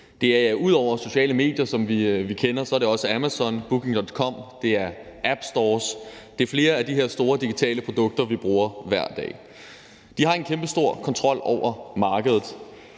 ud over sociale medier, som vi kender, også Amazon, Booking.com, App Store og lignende; det er flere af de her store digitale produkter, vi bruger hver dag. De har en kæmpestor kontrol over markedet.